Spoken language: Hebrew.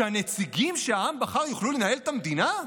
שהנציגים שהעם בחר יוכלו לנהל את המדינה?